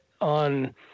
on